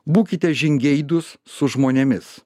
būkite žingeidūs su žmonėmis